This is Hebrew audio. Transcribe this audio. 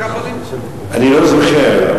בקואליציה, אני לא זוכר.